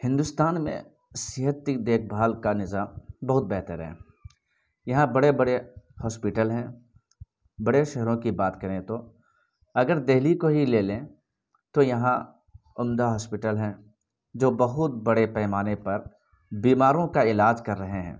ہندوستان میں صحت کی دیکھ بھال کا نظام بہت بہتر ہے یہاں بڑے بڑے ہاسپیٹل ہیں بڑے شہروں کی بات کریں تو اگر دہلی کو ہی لے لیں تو یہاں عمدہ ہاسپیٹل ہیں جو بہت بڑے پیمانے پر بیماروں کا علاج کر رہے ہیں